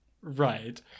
Right